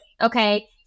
Okay